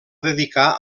dedicar